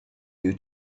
you